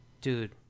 Dude